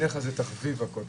הבעיה היא שבעיניך זה תחביב הכול,